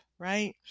right